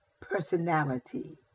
personality